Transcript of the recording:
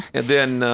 and then,